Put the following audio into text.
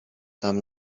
tam